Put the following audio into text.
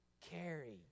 carry